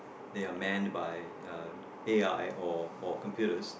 they are manned by uh A_I or or computers